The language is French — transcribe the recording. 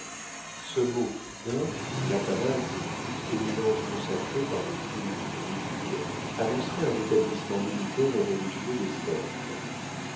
ce mot dun l'apanage de toute éminence consacrée par le culte druidique annoncerait un établissement militaire et religieux des celtes